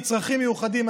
צרכים מיוחדים,